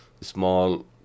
small